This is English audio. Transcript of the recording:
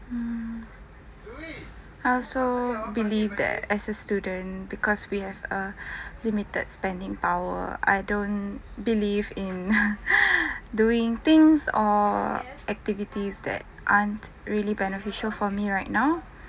hmm I also believe that as a student because we have a limited spending power I don't believe in doing things or activities that aren't really beneficial for me right now